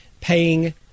paying